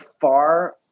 far